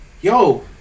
yo